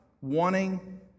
wanting